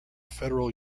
federal